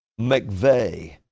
McVeigh